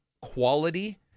quality